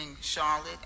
Charlotte